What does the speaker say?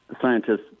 Scientists